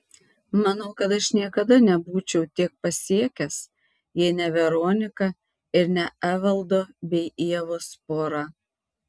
manau kad aš niekada nebūčiau tiek pasiekęs jei ne veronika ir ne evaldo bei ievos pora